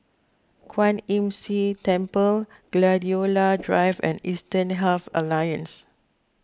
Kwan Imm See Temple Gladiola Drive and Eastern Health Alliance